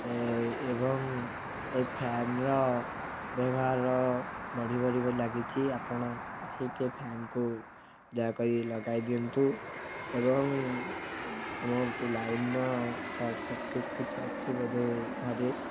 ଏବଂ ଏ ଫ୍ୟାନ୍ର ବ୍ୟବହାର ବଢି ବଢିବାରେ ଲାଗିଛି ଆପଣ ଆସିକି ଟିକେ ଫ୍ୟାନ୍କୁ ଦୟାକରି ଲଗାଇ ଦିଅନ୍ତୁ ଏବଂ ଆମ ଲାଇନ୍ର ସର୍ଟ ସର୍କିଟ୍ କିଛି ଅଛି ବୋଧେ ଘରେ